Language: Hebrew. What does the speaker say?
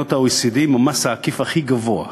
במדינות ה-OECD, עם המס העקיף הכי גבוה.